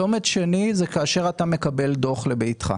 צומת שני, זה כאשר אתה מקבל דוח לביתך.